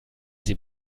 sie